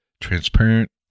transparent